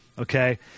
okay